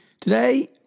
Today